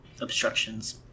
obstructions